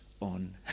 on